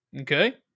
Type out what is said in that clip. Okay